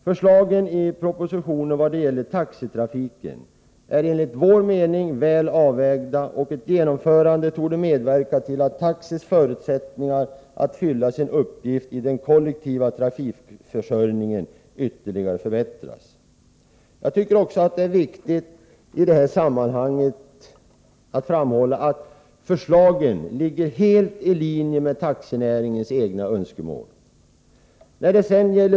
Förslagen i propositionen i vad gäller taxitrafiken är enligt vår mening väl avvägda, och ett genomförande av dem torde medverka till att taxis förutsättningar att fylla sin uppgift i den kollektiva trafikförsörjningen ytterligare förbättras. Jag tycker också att det i sammanhanget är viktigt att framhålla att förslagen ligger helt i linje med taxinäringens egna önskemål.